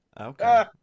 okay